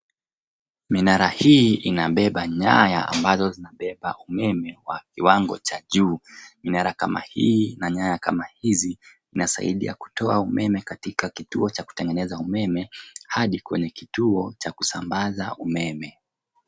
Minara hii inabeba nyaya ambazo zinabeba umeme wa kiwango cha juu. Minara kama hii na nyaya kama hizi inasaidia kutoa umeme katika kituo cha kutengeneza umeme hadi kwenye kituo cha kusambaza umeme.